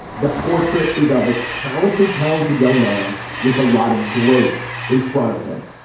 the portrait is of a talented talented young man with a lot of growth in front of him.